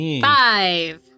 Five